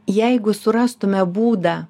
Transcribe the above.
jeigu surastumėme būdą